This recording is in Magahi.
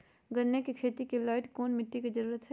गन्ने की खेती के लाइट कौन मिट्टी की जरूरत है?